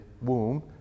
womb